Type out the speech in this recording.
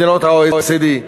מדינות ה-OECD.